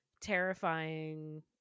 terrifying